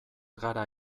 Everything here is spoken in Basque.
gara